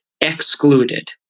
excluded